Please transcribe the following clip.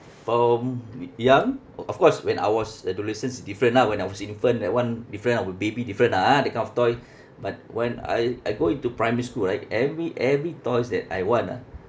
from y~ young of course when I was adolescents is different ah when I was infant that [one] different ah with baby different a'ah that kind of toy but when I I go into primary school right every every toys that I want ah